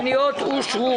הצבעה הפניות אושרו.